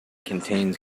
contains